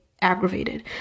aggravated